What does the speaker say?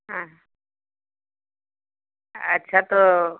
हाँ अच्छा तो